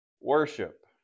worship